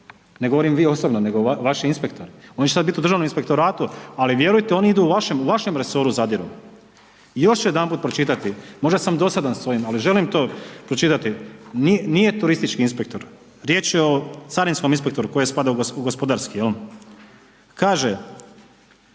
ne govorim vi osobno, nego vaši inspektori, oni će sad biti u Državnom inspektoratu, ali vjerujte oni idu u vašem, u vašem resoru zadiru. Još ću jedanput pročitati, možda sam dosadan s ovim, ali želim to pročitati, nije turistički inspektor, riječ je o carinskom inspektoru koji spada u gospodarski, jel.